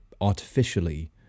artificially